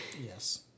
Yes